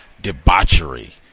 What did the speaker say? debauchery